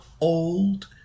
old